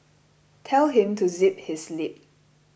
tell him to zip his lip